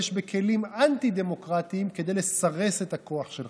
בכלים אנטי-דמוקרטיים כדי לסרס את הכוח שלך.